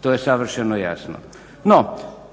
to je savršeno jasno. No,